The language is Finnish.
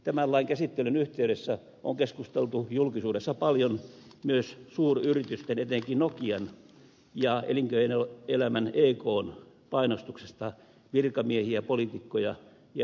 tämän lain käsittelyn yhteydessä on keskusteltu julkisuudessa paljon myös suuryritysten etenkin nokian ja elinkeinoelämän ekn painostuksesta virkamiehiä poliitikkoja ja etujärjestöjä kohtaan